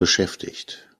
beschäftigt